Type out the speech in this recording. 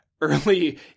early